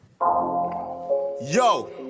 Yo